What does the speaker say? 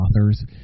authors